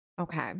Okay